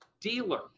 dealer